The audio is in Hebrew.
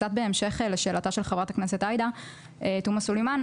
קצת בהמשך לשאלתה של חה"כ עאידה תומא סלימאן,